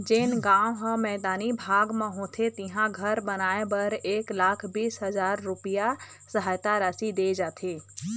जेन गाँव ह मैदानी भाग म होथे तिहां घर बनाए बर एक लाख बीस हजार रूपिया सहायता राशि दे जाथे